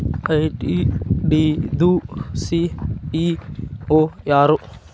ITD ದು CEO ಯಾರು?